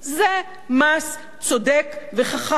זה מס צודק וחכם,